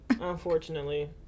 Unfortunately